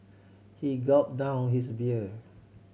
he gulp down his beer